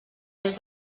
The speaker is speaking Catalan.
més